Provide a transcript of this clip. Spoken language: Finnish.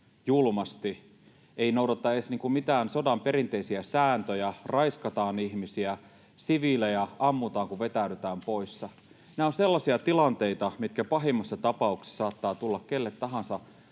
julmasti, ei noudateta edes mitään sodan perinteisiä sääntöjä, raiskataan ihmisiä, siviilejä ammutaan, kun vetäydytään pois. Nämä ovat sellaisia tilanteita, mitkä pahimmassa tapauksessa saattavat tulla mitä tahansa